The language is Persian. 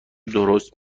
درست